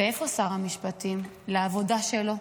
ואיפה שר המשפטים לעבודה שלו,